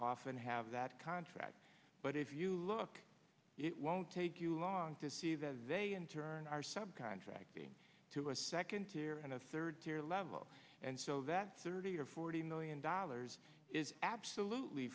often have that contract but if you look it won't take you long to see that they in turn are sub contracting to a second tier of third tier level and so that thirty or forty million dollars is absolutely